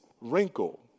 wrinkle